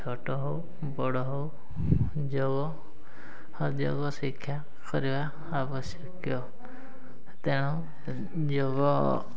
ଛୋଟ ହେଉ ବଡ଼ ହେଉ ଯୋଗ ଶିକ୍ଷା କରିବା ଆବଶ୍ୟକୀୟ ତେଣୁ ଯୋଗ